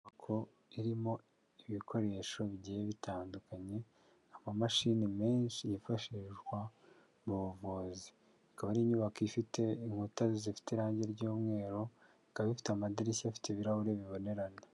Inyubako irimo ibikoresho bigiye bitandukanye, amamashini menshi yifashishwa mu buvuzi, ikaba ari inyubako ifite inkuta zifite irangi ry'umweru, ikaba ifite amadirishya afite ibirahuri bibonerana.